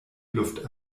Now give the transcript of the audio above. luft